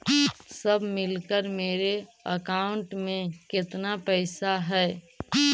सब मिलकर मेरे अकाउंट में केतना पैसा है?